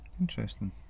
Interesting